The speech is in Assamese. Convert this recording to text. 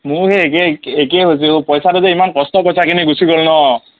মোৰ সেই একেই একেই হৈছেও পইচাটো যে ইমান কষ্ট পইচাখিনি গুচি গ'ল ন